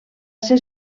ser